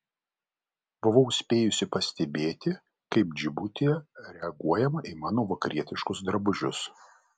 buvau spėjusi pastebėti kaip džibutyje reaguojama į mano vakarietiškus drabužius